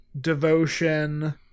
devotion